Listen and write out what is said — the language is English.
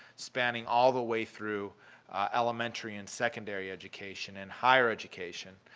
spanning all the way through elementary and secondary education and higher education,